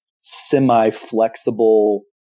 semi-flexible